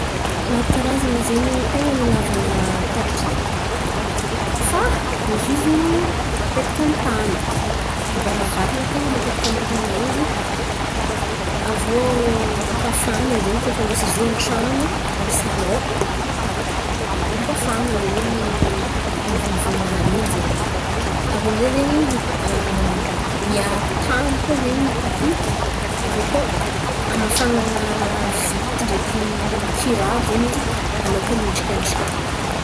Maro karazan̈a zen̈y ten̈a ny ilàvan̈a tapÿ fa izy io zen̈y apetaka amy tany amy varavaran̈a ten̈a matetiky hamitana izy. Aviô mampafana zen̈y koa fa misy izy io an-trano amy salòn mampafana zen̈y volovolonany iny zen̈y. Aviô amy zay zen̈y miaro tan̈y koa zen̈y tapÿ. Aviô koa hamafan̈a vity ndreky kiraro zen̈y izy alohakan'ny hidriky an-tran̈o.